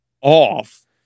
off